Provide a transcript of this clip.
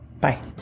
Bye